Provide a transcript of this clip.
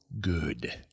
good